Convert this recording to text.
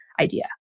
idea